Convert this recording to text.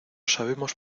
sabemos